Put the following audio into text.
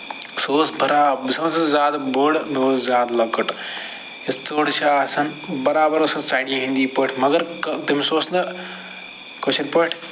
سُہ اوس برابر سُہ اوس نہٕ زیادٕ بوٚڈ نہَ اوس زیادٕ لۄکٔٹ یُس ژٔر چھِ آسان برابر ٲسۍ سۄ ژَرِ ہٕنٛدی پٲٹھۍ مَگر تٔمِس اوس نہٕ کٲشِرۍ پٲٹھۍ